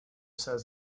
says